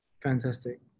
Fantastic